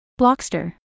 Blockster